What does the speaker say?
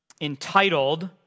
entitled